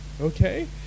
okay